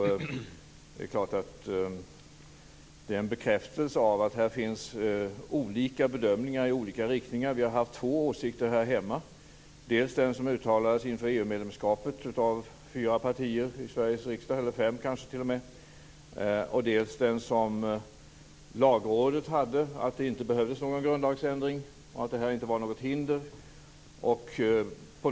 Det är en bekräftelse på att här finns olika bedömningar. Här hemma har vi haft två åsikter, dels den som uttalades inför EU-medlemskapet av fyra, kanske t.o.m. fem partier i Sveriges riksdag, dels den som Lagrådet framförde, nämligen att det inte behövdes någon grundlagsändring och att detta inte var något hinder.